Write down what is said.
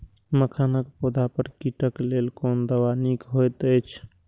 मखानक पौधा पर कीटक लेल कोन दवा निक होयत अछि?